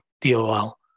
dol